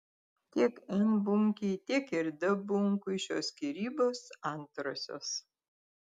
tiek n bunkei tiek ir d bunkui šios skyrybos antrosios